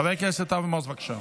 חבר הכנסת אבי מעוז, בבקשה.